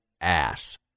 ass